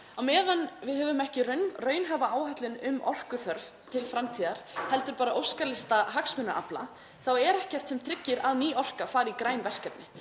Á meðan við höfum ekki raunhæfa áætlun um orkuþörf til framtíðar heldur bara óskalista hagsmunaafla þá er ekkert sem tryggir að ný orka fari í græn verkefni.